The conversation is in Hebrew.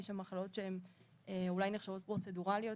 יש שם מחלות שאולי נחשבות פרוצדורליות,